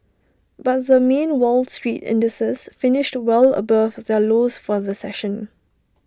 but the main wall street indices finished well above their lows for the session